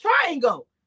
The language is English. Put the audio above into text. triangle